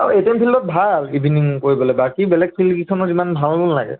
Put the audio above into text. আৰু A T M ফিল্ডত ভাল ইভিণিং কৰিবলৈ বাকী বেলেগ ফিল্ডখনত ইমান ভাল নালাগে